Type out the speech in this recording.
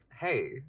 hey